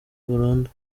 burundu